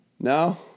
No